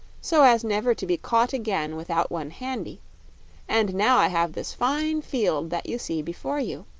so as never to be caught again without one handy and now i have this fine field that you see before you.